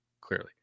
clearly